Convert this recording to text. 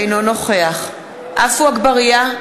אינו נוכח עפו אגבאריה,